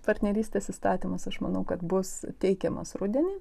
partnerystės įstatymas aš manau kad bus teikiamas rudenį